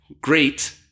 great